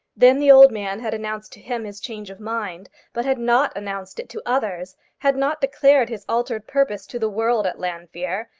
then the old man had announced to him his change of mind but had not announced it to others, had not declared his altered purpose to the world at llanfeare,